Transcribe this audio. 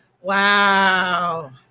Wow